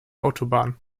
autobahn